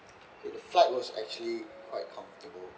okay the flight was actually quite comfortable